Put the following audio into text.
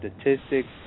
statistics